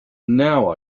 now